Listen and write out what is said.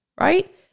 right